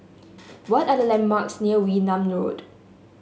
what are the landmarks near Wee Nam Road